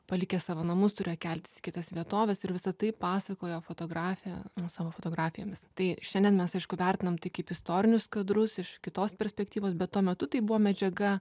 palikę savo namus turėjo keltis į kitas vietoves ir visa tai pasakojo fotografė savo fotografijomis tai šiandien mes aišku vertinam tai kaip istorinius kadrus iš kitos perspektyvos bet tuo metu tai buvo medžiaga